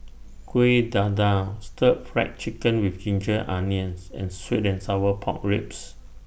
Kuih Dadar Stir Fried Chicken with Ginger Onions and Sweet and Sour Pork Ribs